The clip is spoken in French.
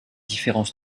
différents